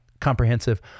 comprehensive